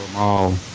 all.